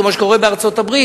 כמו שקורה בארצות-הברית,